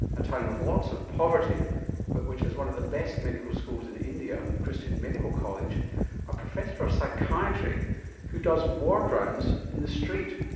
a town with lots of poverty but which has one of the best medical schools in india the christian medical college a professor of psychiatry who does ward rounds in the street.